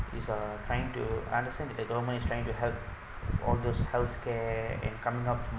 is uh trying to understand that the government is trying to help with all those healthcare and coming up